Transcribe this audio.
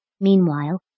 Meanwhile